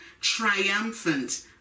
triumphant